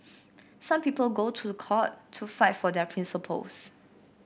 some people go to court to fight for their principles